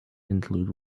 include